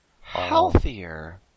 Healthier